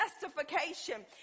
justification